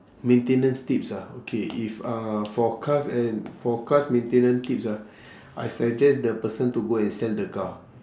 maintenance tips ah okay if uh for cars and for cars maintenance tips ah I suggest the person to go and sell the car